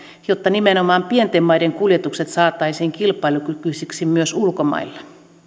jotta nimenomaan pienten maiden kuljetukset saataisiin kilpailukykyisiksi myös ulkomailla